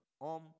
Om